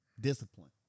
discipline